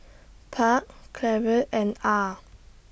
Park Cleave and Ah